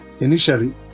Initially